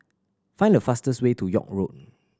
find the fastest way to York Road